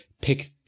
pick